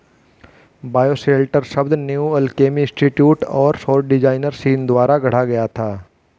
bioshelter शब्द New Alchemy Institute और सौर डिजाइनर सीन द्वारा गढ़ा गया था